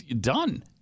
done